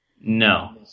No